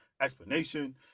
explanation